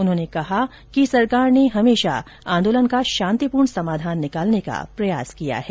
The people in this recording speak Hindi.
उन्होंने कहा कि सरकार ने हमेशा आंदोलन का शांतिपूर्ण समाधान निकालने का प्रयास किया है